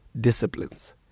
disciplines